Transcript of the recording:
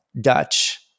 Dutch